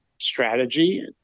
strategy